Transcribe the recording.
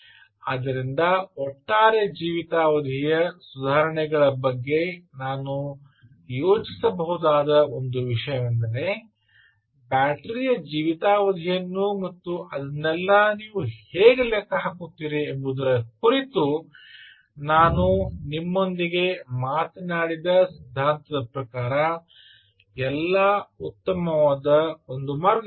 ಆದ್ದರಿಂದ ಒಟ್ಟಾರೆ ಜೀವಿತಾವಧಿಯ ಸುಧಾರಣೆಗಳ ಬಗ್ಗೆ ನಾನು ಯೋಚಿಸಬಹುದಾದ ಒಂದು ವಿಷಯವೆಂದರೆ ಬ್ಯಾಟರಿಯ ಜೀವಿತಾವಧಿಯನ್ನು ಮತ್ತು ಅದನ್ನೆಲ್ಲ ನೀವು ಹೇಗೆ ಲೆಕ್ಕ ಹಾಕುತ್ತೀರಿ ಎಂಬುದರ ಕುರಿತು ನಾನು ನಿಮ್ಮೊಂದಿಗೆ ಮಾತನಾಡಿದ ಸಿದ್ಧಾಂತದ ಪ್ರಕಾರ ಎಲ್ಲ ಉತ್ತಮವಾದ ಒಂದು ಉತ್ತಮ ಮಾರ್ಗವಾಗಿದೆ